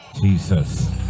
jesus